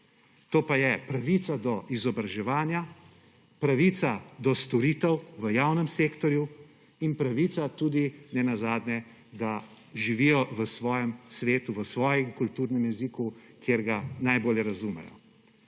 To pa je pravica do izobraževanja, pravica do storitev v javnem sektorju in pravica tudi nenazadnje, da živijo v svojem svetu, v svojem kulturnem jeziku, kje ga najbolje razumejo.